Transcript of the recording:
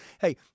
Hey